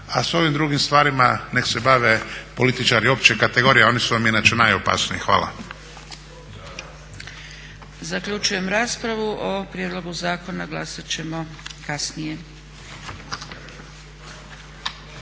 a s ovim drugim stvarima nek se bave političari opće kategorije, oni su vam inače najopasniji. Hvala. **Zgrebec, Dragica (SDP)** Zaključujem raspravu. O prijedlogu zakona glasat ćemo kasnije.